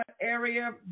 area